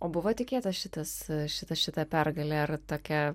o buvo tikėtas šitas šita šita pergalė ar tokia